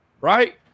right